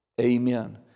Amen